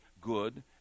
good